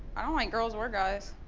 i don't like girls or guys.